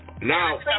Now